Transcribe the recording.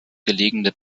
gelegene